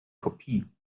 kopie